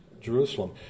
Jerusalem